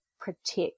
Protect